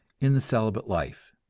in the celibate life.